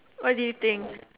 what do you think